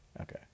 Okay